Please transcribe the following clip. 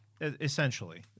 essentially